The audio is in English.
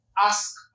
Ask